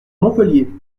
montpellier